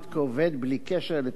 בלי קשר לתפקידו,